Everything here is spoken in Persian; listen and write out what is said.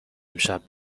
امشب